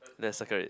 let's circle it